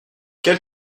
quel